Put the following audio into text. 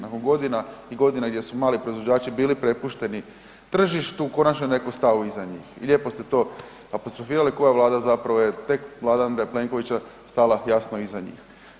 Nakon godina i godina gdje su mali proizvođači bili prepušteni tržištu konačno je neko stao iza njih i lijepo ste to apostrofirali koja vlada zapravo je tek vlada Andreja Plenkovića stala jasno iza njih.